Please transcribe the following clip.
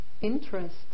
interest